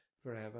Forever